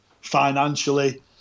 financially